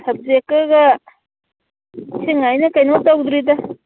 ꯁꯕꯖꯦꯛꯀꯒ ꯅꯤꯡꯊꯤꯅꯤꯉꯥꯏꯅ ꯀꯩꯅꯣ ꯇꯧꯗ꯭ꯔꯤꯗ